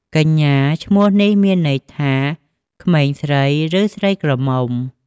កញ្ញា ឈ្មោះនេះមានន័យថាក្មេងស្រី ឬ ស្រីក្រមុំ។